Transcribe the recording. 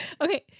Okay